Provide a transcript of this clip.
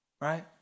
right